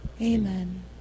Amen